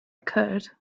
could